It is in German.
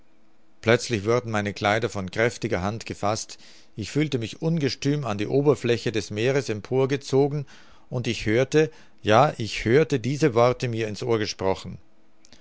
plötzlich wurden meine kleider von kräftiger hand gefaßt ich fühlte mich ungestüm an die oberfläche des meeres emporgezogen und ich hörte ja ich hörte diese worte mir in's ohr gesprochen